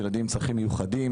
ילדים עם צרכים מיוחדים,